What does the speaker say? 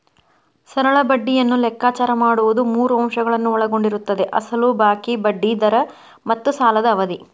ಸರಳ ಬಡ್ಡಿಯನ್ನು ಲೆಕ್ಕಾಚಾರ ಮಾಡುವುದು ಮೂರು ಅಂಶಗಳನ್ನು ಒಳಗೊಂಡಿರುತ್ತದೆ ಅಸಲು ಬಾಕಿ, ಬಡ್ಡಿ ದರ ಮತ್ತು ಸಾಲದ ಅವಧಿ